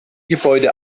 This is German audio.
gebäude